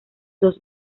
dos